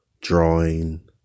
drawing